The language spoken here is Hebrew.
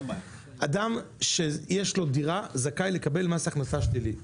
אדם שיש לו דירה זכאי לקבל מס הכנסה שלילי.